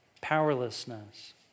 powerlessness